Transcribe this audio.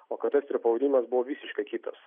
alkotesterio pavadinimas buvo visiškai kitas